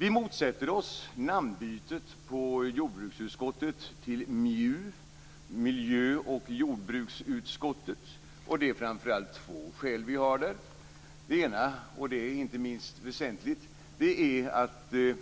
Vi motsätter oss namnbytet på jordbruksutskottet till MJU, miljö och jordbruksutskottet. Vi har där framför allt två skäl. Det ena, och det är inte minst väsentligt, är att det